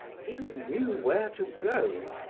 he knew where to go.